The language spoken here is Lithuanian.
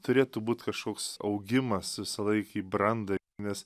turėtų būt kašoks augimas visąlaik į brandą nes